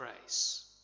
grace